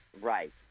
Right